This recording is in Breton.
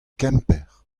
kemper